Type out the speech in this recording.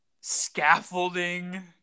scaffolding